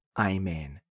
Amen